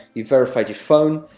you verified your phone,